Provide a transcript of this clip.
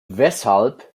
weshalb